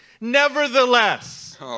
Nevertheless